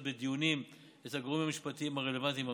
בדיונים אצל הגורמים המשפטיים הרלוונטיים במדינה.